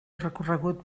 recorregut